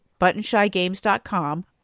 ButtonshyGames.com